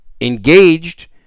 engaged